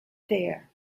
there